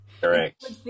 Correct